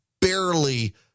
barely